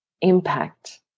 impact